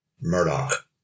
Murdoch